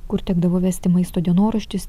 kur tekdavo vesti maisto dienoraščius